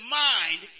mind